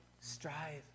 Strive